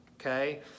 okay